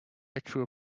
actual